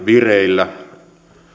vireillä